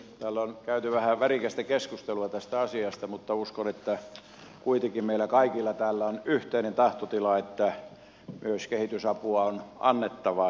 täällä on käyty vähän värikästä keskustelua tästä asiasta mutta uskon että kuitenkin meillä kaikilla täällä on yhteinen tahtotila että myös kehitysapua on annettava